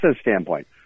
standpoint